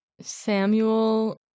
Samuel